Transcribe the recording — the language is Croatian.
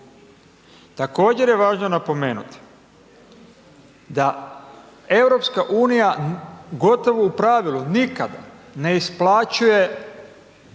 Također je važno napomenuti da EU gotovo u pravilu nikada ne isplaćuje